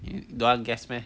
you don't want to guess meh